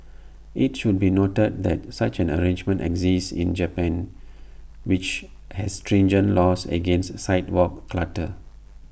IT should be noted that such an arrangement exists in Japan which has stringent laws against sidewalk clutter